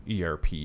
ERP